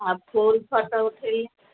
ଆଉ ଫୁଲ୍ ଫଟୋ ଉଠେଇଲେ